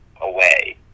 away